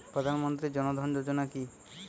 প্রধান মন্ত্রী জন ধন যোজনা কি?